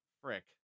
frick